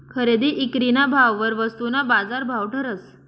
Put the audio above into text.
खरेदी ईक्रीना भाववर वस्तूना बाजारभाव ठरस